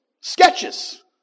sketches